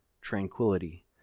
tranquility